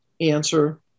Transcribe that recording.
answer